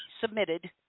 submitted